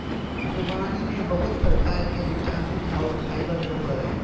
ख़ुबानी में बहुत प्रकार के विटामिन और फाइबर होबय हइ